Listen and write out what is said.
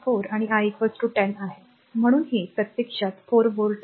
4 आणि I 10 आहे म्हणून हे प्रत्यक्षात 4 व्होल्ट आहे